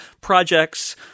projects